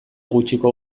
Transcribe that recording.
gutxiko